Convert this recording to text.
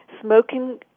smoking